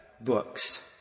books